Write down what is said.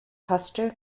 custer